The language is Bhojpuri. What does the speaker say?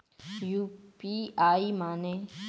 यू.पी.आई माने?